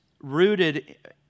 rooted